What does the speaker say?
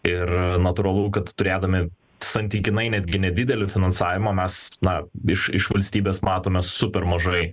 ir natūralu kad turėdami santykinai netgi nedidelį finansavimą mes na iš iš valstybės matome super mažai